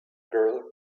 girl